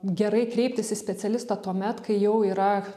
gerai kreiptis į specialistą tuomet kai jau yra